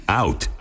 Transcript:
out